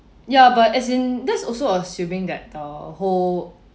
ya but as in that's also assuming that the whole